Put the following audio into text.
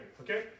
okay